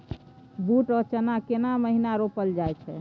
बूट आ चना केना महिना रोपल जाय छै?